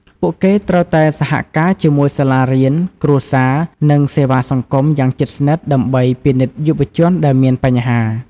ពួកគេត្រូវតែ សហការជាមួយសាលារៀន គ្រួសារ និងសេវាសង្គម យ៉ាងជិតស្និទ្ធ ដើម្បីពិនិត្យយុវជនដែលមានបញ្ហា។